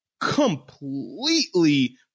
completely